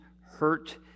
hurt